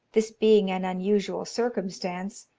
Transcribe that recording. this being an unusual circumstance,